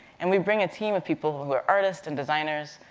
and we bring a team of people who are artists and designers,